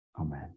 Amen